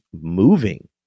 moving